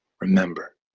remember